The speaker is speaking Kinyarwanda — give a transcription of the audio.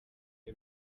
iyo